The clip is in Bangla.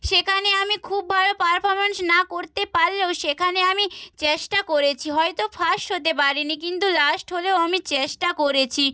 সেখানে আমি খুব ভালো পারফর্ম্যান্স না করতে পারলেও সেখানে আমি চেষ্টা করেছি হয়তো ফার্স্ট হতে পারিনি কিন্তু লাস্ট হলেও আমি চেষ্টা করেছি